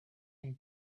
him